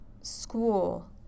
school